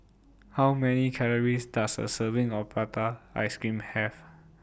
How Many Calories Does A Serving of Prata Ice Cream Have